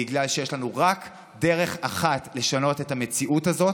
בגלל שיש לנו רק דרך אחת לשנות את המציאות הזאת,